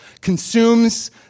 consumes